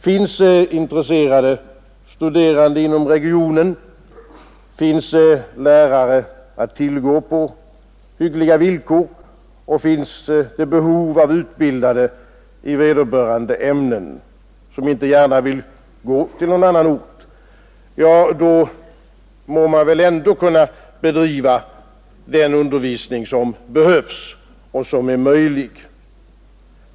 Finns det intresserade studerande inom regionen, finns det lärare att tillgå på hyggliga villkor, och finns det behov av utbildade i vederbörande ämnen som inte gärna vill gå till någon annan ort, ja, då må man väl kunna bedriva den undervisning som behövs och som är möjlig.